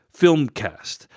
filmcast